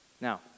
Now